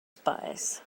spies